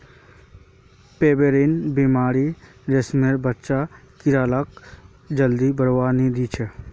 pebrine बीमारी रेशमेर बच्चा कीड़ाक जल्दी बढ़वा नी दिछेक